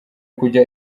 kujya